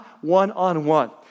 One-on-One